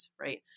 right